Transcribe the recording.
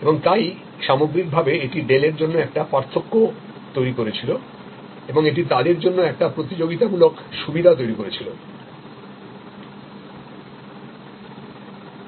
এবং তাই সামগ্রিকভাবে এটি ডেলের জন্য একটি পার্থক্য তৈরি করেছিল এবং এটি তাদের জন্য একটি প্রতিযোগিতামূলক সুবিধা তৈরি করেছিল